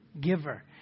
giver